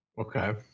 Okay